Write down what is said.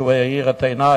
שהאיר את עיני,